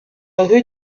rue